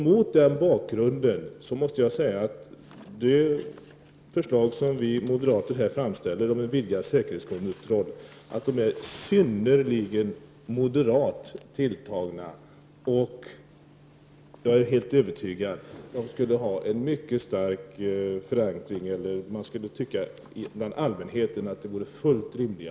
Mot denna bakgrund är de förslag som vi moderater framställer om vidgad säkerhetskontroll synnerligen moderat tilltagna, och jag är helt övertygad om att allmänheten skulle anse att de åtgärder som vi föreslår är fullt rimliga.